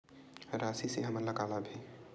राशि से हमन ला का लाभ हे?